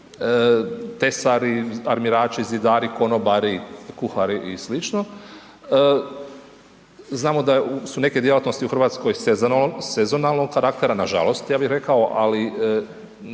tesari, armirači, zidari, konobari, kuhari i sl. Znamo da su neke djelatnosti u Hrvatskoj sezonalnog karaktera nažalost ja bih rekao, ali